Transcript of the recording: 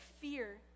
fear